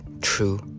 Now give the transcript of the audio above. true